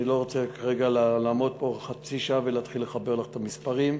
אני לא רוצה כרגע לעמוד פה חצי שעה ולהתחיל לחבר לך את המספרים,